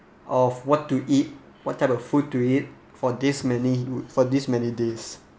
of what to eat what type of food to eat for this many would for these many days